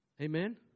Amen